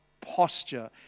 posture